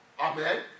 Amen